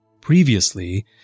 Previously